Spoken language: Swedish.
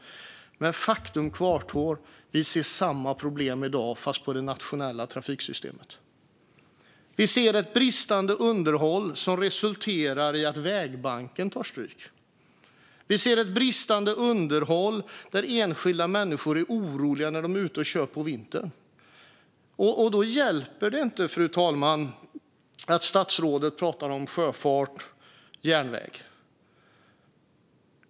Men faktum kvarstår: Vi ser samma problem i dag fast i det nationella trafiksystemet. Vi ser ett bristande underhåll som resulterar i att vägbanken tar slut. Vi ser ett bristande underhåll som gör enskilda människor oroliga när de är ute och kör på vintern. Fru talman! Då hjälper det inte att statsrådet talar om sjöfart och järnväg.